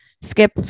skip